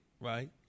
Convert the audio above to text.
right